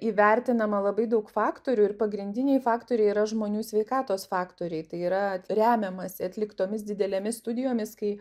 įvertinama labai daug faktorių ir pagrindiniai faktoriai yra žmonių sveikatos faktoriai tai yra remiamasi atliktomis didelėmis studijomis kai